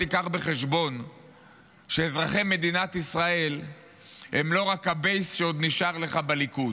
תיקח בחשבון שאזרחי מדינת ישראל הם לא רק הבייס שעוד נשאר לך בליכוד.